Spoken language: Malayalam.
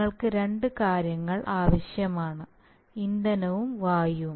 നിങ്ങൾക്ക് രണ്ട് കാര്യങ്ങൾ ആവശ്യമാണ് ഇന്ധനവും വായുവും